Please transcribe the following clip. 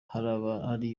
hari